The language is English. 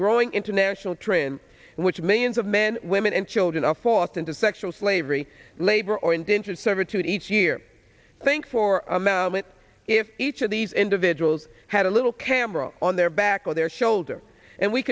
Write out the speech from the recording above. growing international trend in which millions of men women and children are forced into sexual slavery labor or indentured servitude each year i think for a mouse if each of these individuals had a little camera on their back or their shoulder and we